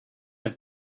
have